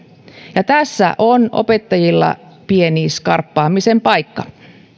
ja tässä on opettajilla pieni skarppaamisen paikka